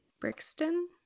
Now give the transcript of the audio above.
Brixton